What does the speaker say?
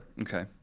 Okay